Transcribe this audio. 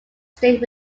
state